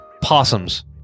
possums